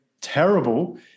terrible